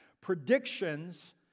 predictions